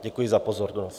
Děkuji za pozornost.